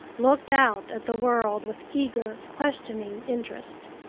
looked out at the world with eager, questioning interest.